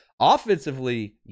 offensively